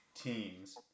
teams